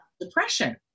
depression